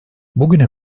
bugüne